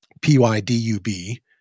P-Y-D-U-B